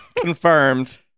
Confirmed